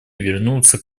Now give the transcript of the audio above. вернуться